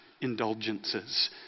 indulgences